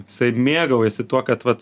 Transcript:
jisai mėgaujasi tuo kad vat